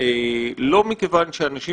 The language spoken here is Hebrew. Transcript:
ולא מכיוון שאנשים